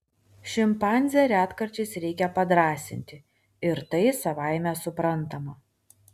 šimpanzę retkarčiais reikia padrąsinti ir tai savaime suprantama